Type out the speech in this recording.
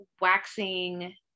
waxing